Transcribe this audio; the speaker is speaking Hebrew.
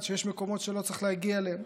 שיש מקומות שלא צריך להגיע אליהם.